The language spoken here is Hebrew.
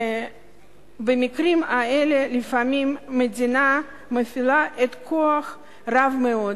במקרים האלה לפעמים המדינה מפעילה כוח רב מאוד,